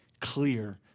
clear